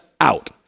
out